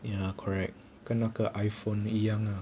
ya correct 跟那个 iphone 一样 yang lah